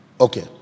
okay